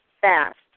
fast